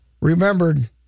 remembered